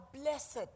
blessed